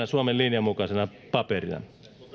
suomen linjan mukaisena paperina